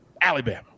Alabama